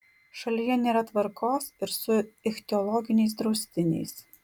šalyje nėra tvarkos ir su ichtiologiniais draustiniais